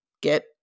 get